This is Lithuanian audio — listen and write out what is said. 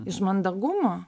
iš mandagumo